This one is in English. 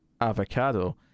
avocado